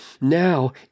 Now